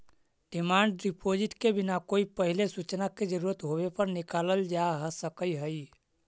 demand deposit के बिना कोई पहिले सूचना के जरूरत होवे पर निकालल जा सकऽ हई